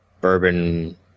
bourbon